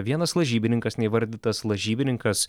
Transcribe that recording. vienas lažybininkas neįvardytas lažybininkas